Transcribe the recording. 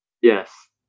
Yes